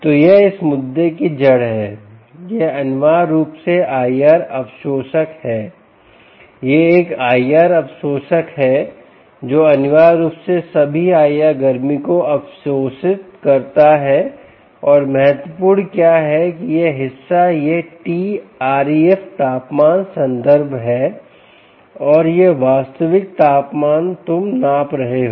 तो यह इस मुद्दे की जड़ है यह अनिवार्य रूप से IR अवशोषक है यह एक IR अवशोषक है जो अनिवार्य रूप से सभी IR गर्मी को अवशोषित करता है और महत्वपूर्ण क्या है कि यह हिस्सा यह TREFतापमान संदर्भ है और यह वास्तविक तापमान तुम नाप रहे हो